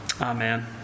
Amen